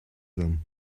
them